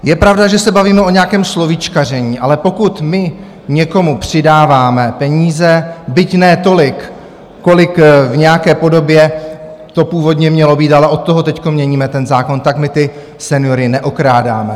Je pravda, že se bavíme o nějakém slovíčkaření, ale pokud my někomu přidáváme peníze, byť ne tolik, kolik v nějaké podobě to původně mělo být, ale od toho teď měníme ten zákon, tak my ty seniory neokrádáme.